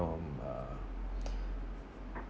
from uh